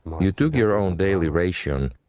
you took your own daily ration,